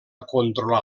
controlar